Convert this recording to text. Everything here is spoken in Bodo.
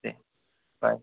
दे बाइ